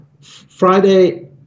Friday